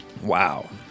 Wow